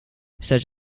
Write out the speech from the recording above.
such